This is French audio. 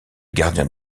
gardien